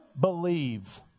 believe